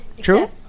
true